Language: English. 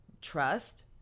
trust